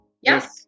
Yes